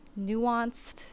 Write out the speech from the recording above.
nuanced